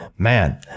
Man